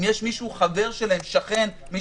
אם יש חבר שלהם,